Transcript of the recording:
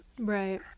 Right